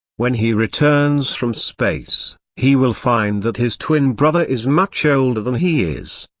when he returns from space, he will find that his twin brother is much older than he is.